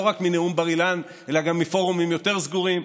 רק מנאום בר-אילן אלא גם מפורומים יותר סגורים,